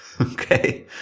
Okay